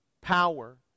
power